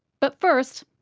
but first,